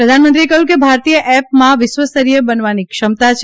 પ્રધાનમંત્રીએ કહ્યું છે કે ભારતીય એપ્સમાં વિશ્વસ્તરીય બનવાની ક્ષમતા છે